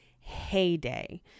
heyday